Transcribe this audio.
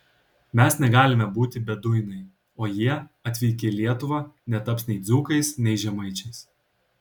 mes negalime būti beduinai o jie atvykę į lietuvą netaps nei dzūkais nei žemaičiais